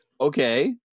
okay